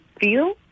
feel